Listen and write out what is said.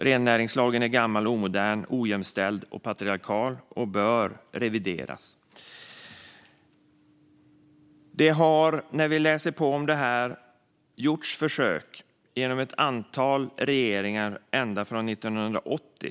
Rennäringslagen är gammal och omodern, ojämställd och patriarkal. Den bör revideras. När vi läser på om detta ser vi att ett antal regeringar har gjort försök ända sedan 1980.